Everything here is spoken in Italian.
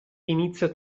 inizia